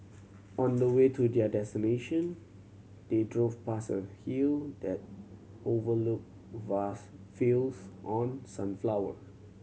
on the way to their destination they drove past a hill that overlooked vast fields on sunflower